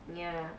ya